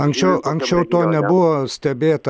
anksčiau anksčiau to nebuvo stebėta